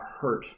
hurt